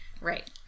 Right